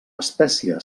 espècie